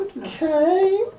Okay